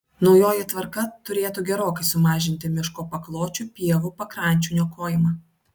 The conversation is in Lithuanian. naujoji tvarka turėtų gerokai sumažinti miško pakločių pievų pakrančių niokojimą